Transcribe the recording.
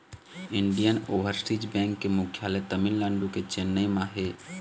Indian overseas bank के मुख्यालय तमिलनाडु के चेन्नई म हे